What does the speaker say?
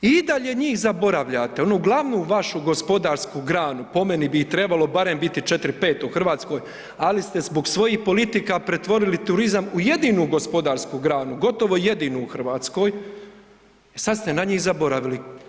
I dalje njih zaboravljate, onu glavnu vašu gospodarsku granu, po meni bi i trebalo barem biti 4, 5 u Hrvatskoj, ali ste zbog svojih politika pretvorili turizam u jedinu gospodarsku granu, gotovo jedinu u Hrvatskoj i sad ste na njih zaboravili.